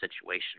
situation